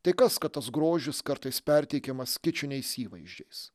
tai kas kad tas grožis kartais perteikiamas kičiniais įvaizdžiais